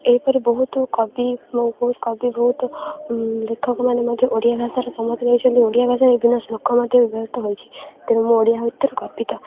ଏହିପରି ବହୁତ କବି ମୋ ବହୁତ କବି ବହୁତ ଲେଖକମାନେ ମଧ୍ୟ ଓଡ଼ିଆ ଭାଷାର ହେଇଛନ୍ତି ଓଡ଼ିଆ ଭାଷାରେ ବିଭିନ୍ନ ଶ୍ଲୋକ ମଧ୍ୟ ବ୍ୟବହୃତ ହୋଇଛି ତେଣୁ ମୁଁ ଓଡ଼ିଆ ଭାଷାରୁ ଗର୍ବିତ